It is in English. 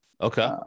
Okay